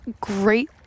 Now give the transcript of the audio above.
great